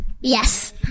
Yes